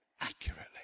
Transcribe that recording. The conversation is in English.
Accurately